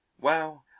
Well